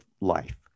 life